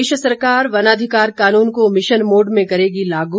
प्रदेश सरकार वनाधिकार कानून को मिशन मोड में करेगी लागू